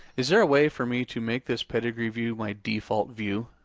is there a way for me to make this pedigree view my default view?